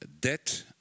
Debt